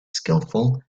skilful